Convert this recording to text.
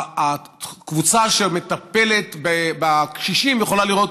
הקבוצה שמטפלת בקשישים יכולה לראות